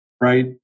right